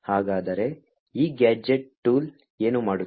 ಹಾಗಾದರೆ ಈ gadget tool ಏನು ಮಾಡುತ್ತದೆ